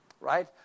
right